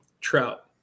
trout